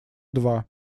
два